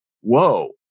whoa